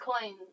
coins